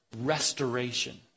restoration